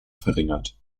verringert